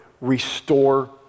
restore